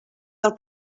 del